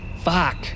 Fuck